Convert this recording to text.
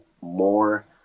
more